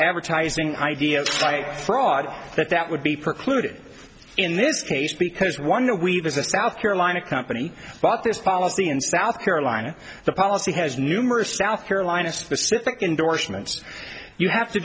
advertising idea to fight fraud that that would be precluded in this case because wonder we've as a south carolina company bought this policy in south carolina the policy has numerous south carolina specific indorsements you have to